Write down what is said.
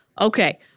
Okay